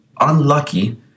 unlucky